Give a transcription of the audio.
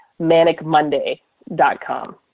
manicmonday.com